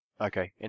Okay